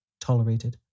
tolerated